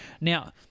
Now